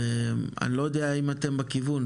ואני לא יודע אם אתם בכיוון,